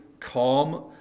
calm